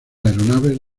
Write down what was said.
aeronaves